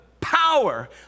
power